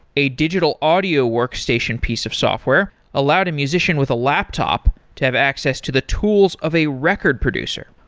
a digital audio workstation piece of software allowed a musician with a laptop to have access to the tools of a record producer.